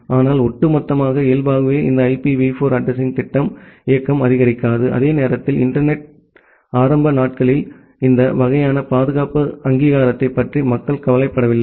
ஆனால் ஒட்டுமொத்தமாக இயல்பாகவே இந்த ஐபிவி 4 அட்ரஸிங்த் திட்டம் இயக்கம் ஆதரிக்காது அதே நேரத்தில் இன்டர்நெட் த்தின் ஆரம்ப நாட்களில் இந்த வகையான பாதுகாப்பு அங்கீகாரத்தைப் பற்றி மக்கள் கவலைப்படவில்லை